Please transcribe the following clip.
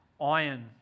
iron